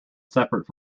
separate